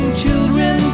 children